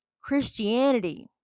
Christianity